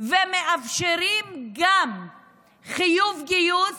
ומאפשרים גם חיוב גיוס